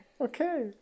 Okay